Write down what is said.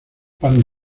pan